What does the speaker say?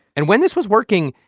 and when this was working,